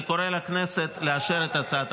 זה חוק שיכול לאחד את הכנסת,